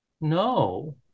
No